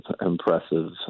impressive